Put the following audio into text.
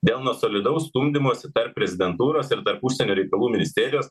dėl nuo solidaus stumdymosi tarp prezidentūros ir tarp užsienio reikalų ministerijos